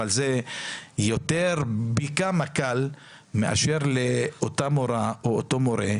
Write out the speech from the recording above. אבל זה יותר פי כמה קל מאשר לאותה מורה או אותו מורה,